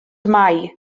mae